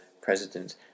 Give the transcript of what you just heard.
president